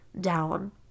down